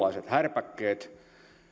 härpäkkeet